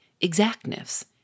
exactness